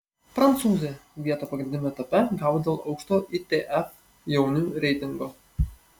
prancūzė vietą pagrindiniame etape gavo dėl aukšto itf jaunių reitingo